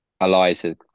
Eliza